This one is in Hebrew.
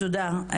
תודה.